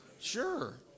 Sure